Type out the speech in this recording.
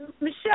Michelle